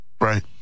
Right